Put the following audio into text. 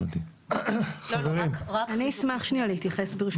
אני אשמח שנייה להתייחס ברשותך.